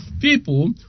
people